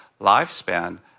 lifespan